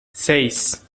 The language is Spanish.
seis